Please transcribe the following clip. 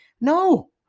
no